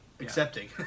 Accepting